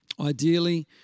Ideally